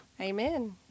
Amen